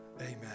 amen